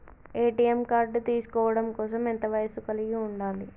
ATM card తీసుకోవడం కోసం ఎంత వయస్సు కలిగి ఉండాలి?